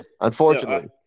unfortunately